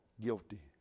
guilty